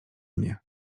mnie